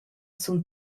sun